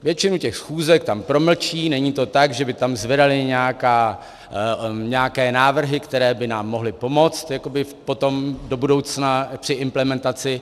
Většinu těch schůzek tam promlčí, není to tak, že by tam zvedali nějaké návrhy, které by nám mohly pomoct jakoby potom do budoucna při implementaci.